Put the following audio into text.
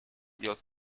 dios